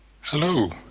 Hello